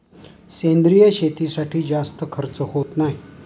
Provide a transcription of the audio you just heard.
सेंद्रिय शेतीसाठी जास्त खर्च होत नाही